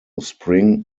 spring